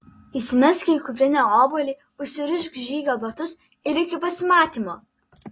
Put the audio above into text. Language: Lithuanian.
įsimesk į kuprinę obuolį užsirišk žygio batus ir iki pasimatymo